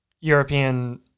European